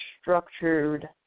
structured